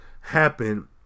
happen